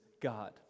God